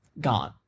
gone